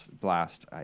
blast